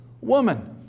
woman